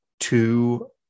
two